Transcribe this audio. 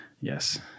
yes